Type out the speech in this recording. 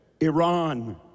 Iran